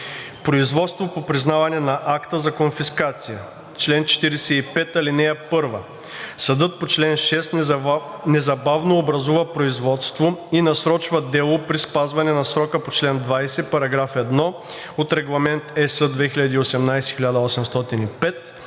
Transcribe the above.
Производство по признаване на акта за конфискация Чл. 45. (1) Съдът по чл. 6 незабавно образува производство и насрочва делото при спазване на срока по чл. 20, параграф 1 от Регламент (ЕС) 2018/1805.